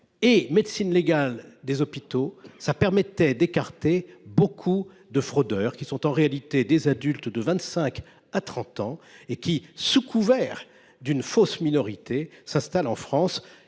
la médecine légale des hôpitaux permettait d’écarter beaucoup de fraudeurs, qui sont en réalité des adultes de 25 à 30 ans et qui, sous couvert d’une fausse minorité, s’installent en France